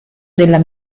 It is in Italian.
della